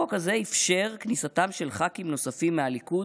החוק הזה אפשר כניסתם של ח"כים נוספים מהליכוד,